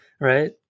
right